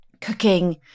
cooking